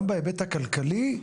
גם בהיבט הכלכלי,